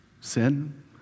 sin